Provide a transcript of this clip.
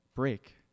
break